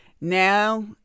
Now